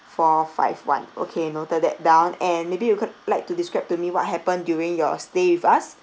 four five one okay noted that down and maybe you could like to describe to me what happened during your stay with us